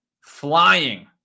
flying